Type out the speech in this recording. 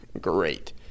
great